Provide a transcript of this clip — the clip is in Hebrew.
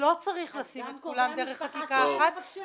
ולא צריך לשים את כולם דרך חקיקה אחת,